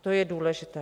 To je důležité.